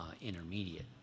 intermediate